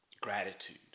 gratitude